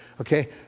Okay